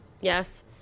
Yes